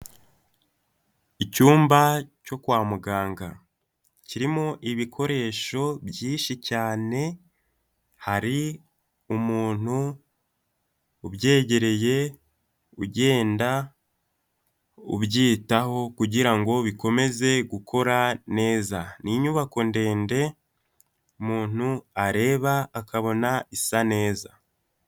Icyumba cyo kwa muganga kirimo ibikoresho byinshi cyane, hari umuntu ubyegereye ugenda ubyitaho kugirango ngo bikomeze gukora neza. Ni inyubako ndende muntu areba akabona isa neza.